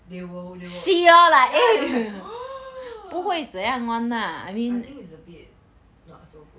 they will they will ya they will be like I think is the bed not so good